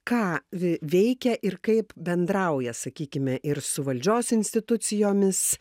ką veikia ir kaip bendrauja sakykime ir su valdžios institucijomis